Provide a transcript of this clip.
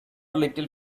little